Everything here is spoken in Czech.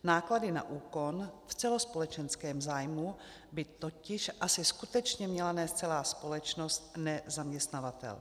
Náklady na úkon v celospolečenském zájmu by totiž asi skutečně měla nést celá společnost, ne zaměstnavatel.